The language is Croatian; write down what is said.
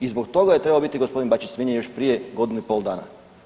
I zbog toga je trebao biti gospodin Bačić smijenjen još prije godinu i pol dana.